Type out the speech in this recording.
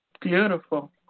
Beautiful